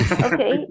Okay